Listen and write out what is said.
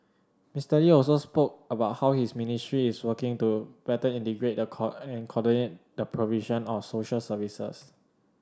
Mister Lee also spoke about how his ministry is working to better integrate cow and coordinate the provision of social services